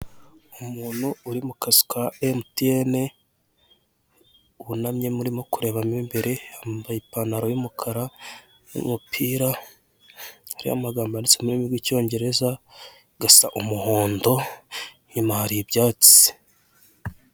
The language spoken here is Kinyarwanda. Umuntu uri mu kazu ka Emutiyene, wunamyemo urimo kurebamo imbere, yambaye ipantaro y'umukara n'umupira, hariho amagambo yanditse mu rurimi rw' Icyongereza; gasa umuhondo inyuma hari ibyatsi.